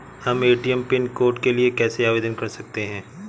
हम ATM pin code के लिए कैसे आवेदन कर सकते हैं?